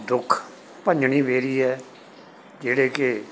ਦੁੱਖ ਭੰਜਣੀ ਬੇਰੀ ਹੈ ਜਿਹੜੇ ਕਿ